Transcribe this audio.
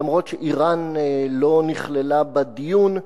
למרות שאירן לא נכללה בדיון,